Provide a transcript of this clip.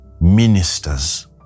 ministers